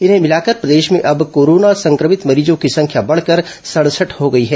इन्हें मिलाकर प्रदेश में अब कोरोना संक्रमित मरीजों की संख्या बढ़कर सड़सठ हो गई है